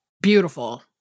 Beautiful